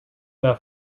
that